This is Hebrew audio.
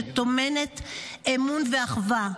שטומנת אמון ואחווה,